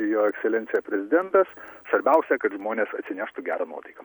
jo ekscelencija prezidentas svarbiausia kad žmonės atsineštų gerą nuotaiką